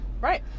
right